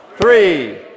three